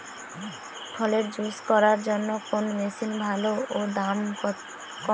ফলের জুস করার জন্য কোন মেশিন ভালো ও দাম কম?